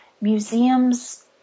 museums